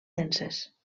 denses